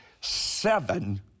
seven